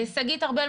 שגית ארבל,